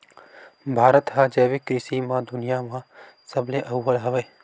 भारत हा जैविक कृषि मा दुनिया मा सबले अव्वल हवे